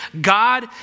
God